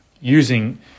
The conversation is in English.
using